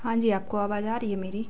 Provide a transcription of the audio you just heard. हाँ जी आपको आवाज़ आ रही है मेरी